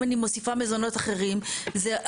אם אני מוסיפה מזונות אחרים זה,